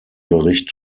bericht